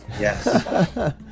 Yes